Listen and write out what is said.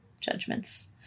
judgments